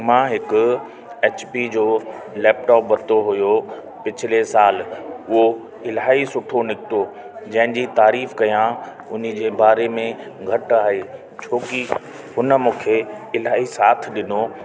मां हिकु H P जो लैपटॉप वरितो हुयो पिछले साल उहो इलाही सुठो निकितो जंहिंजी तारीफ़ कयां उनजे बारे में घटि आहे छो की उन मूंखे इलाही साथ ॾिनो